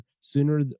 sooner